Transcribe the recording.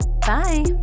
Bye